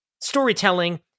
storytelling